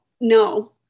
no